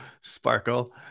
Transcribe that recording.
sparkle